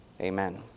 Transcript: Amen